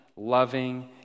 loving